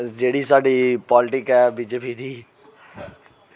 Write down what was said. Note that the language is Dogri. जेह्ड़ी साढ़ी पालिटिक ऐ बी जे पी दी